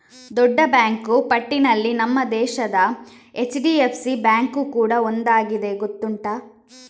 ದೊಡ್ಡ ಬ್ಯಾಂಕು ಪಟ್ಟಿನಲ್ಲಿ ನಮ್ಮ ದೇಶದ ಎಚ್.ಡಿ.ಎಫ್.ಸಿ ಬ್ಯಾಂಕು ಕೂಡಾ ಒಂದಾಗಿದೆ ಗೊತ್ತುಂಟಾ